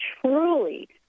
truly